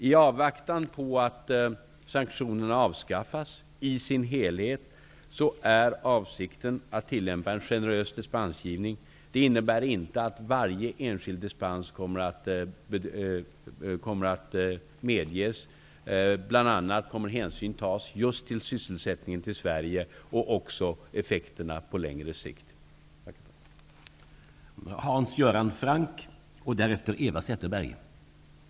I avvaktan på att sanktionerna avskaffas i sin helhet är vår avsikt att vi skall tillämpa en generös dispensgivning. Det innebär inte att varje enskild dispens kommer att medges, bl.a. kommer hänsyn just till sysselsättningen i Sverige och till effekterna på längre sikt att tas.